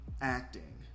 acting